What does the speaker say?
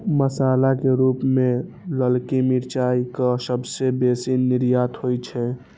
मसाला के रूप मे ललकी मिरचाइ के सबसं बेसी निर्यात होइ छै